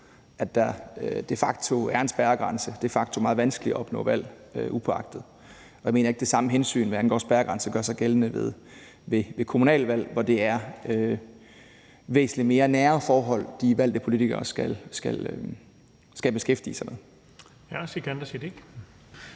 at der de facto er en spærregrænse. Det er de facto meget vanskeligt at opnå valg, og jeg mener ikke, det samme hensyn, hvad angår spærregrænser, gør sig gældende ved kommunalvalg, hvor det er væsentlig mere nære forhold, de valgte politikere skal beskæftige sig med. Kl. 17:21 Den fg. formand